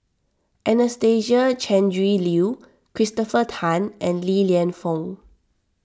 Anastasia Tjendri Liew Christopher Tan and Li Lienfung